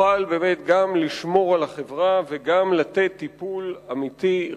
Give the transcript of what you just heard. שתוכל באמת גם לשמור על החברה וגם לתת טיפול אמיתי,